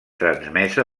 transmesa